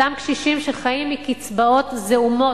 אותם קשישים שחיים מקצבאות זעומות,